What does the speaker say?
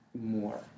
more